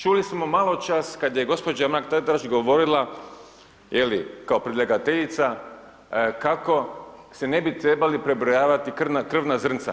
Čuli smo maločas kad je gđa. Mrak Taritaš govorila je li, kao predlagateljica, kako se ne bi trebali prebrojavati krvna zrnca.